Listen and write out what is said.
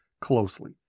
closely